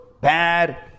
bad